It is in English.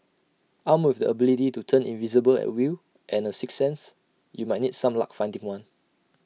armed with the ability to turn invisible at will and A sixth sense you might need some luck finding one